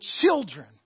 children